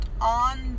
on